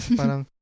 parang